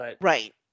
Right